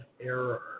error